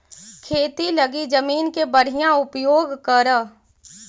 खेती लगी जमीन के बढ़ियां उपयोग करऽ